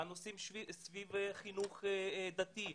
סביב חינוך דתי.